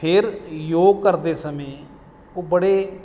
ਫੇਰ ਯੋਗ ਕਰਦੇ ਸਮੇਂ ਉਹ ਬੜੇ